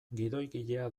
gidoigilea